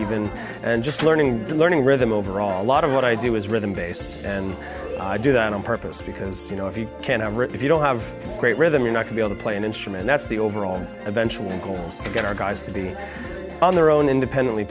even and just learning learning rhythm overall a lot of what i do is rhythm based and i do that on purpose because you know if you can't ever if you don't have great rhythm you're not to be able to play an instrument that's the overall eventual goal is to get our guys to be on their own independently